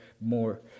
more